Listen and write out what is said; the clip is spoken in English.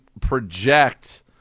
project